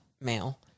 male